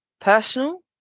personal